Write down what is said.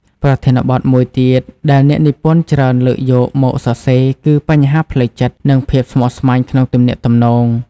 ប្រធានបទមួយទៀតដែលអ្នកនិពន្ធច្រើនលើកយកមកសរសេរ គឺបញ្ហាផ្លូវចិត្ត និងភាពស្មុគស្មាញក្នុងទំនាក់ទំនង។